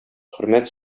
хөрмәт